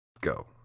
Go